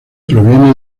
proviene